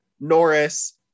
Norris